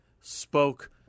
spoke